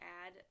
add